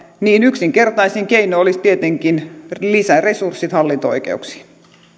yksinkertaisin keino olisi tietenkin lisäresurssit hallinto oikeuksiin